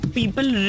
people